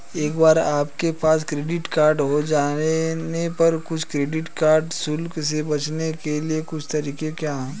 एक बार आपके पास क्रेडिट कार्ड हो जाने पर कुछ क्रेडिट कार्ड शुल्क से बचने के कुछ तरीके क्या हैं?